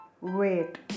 wait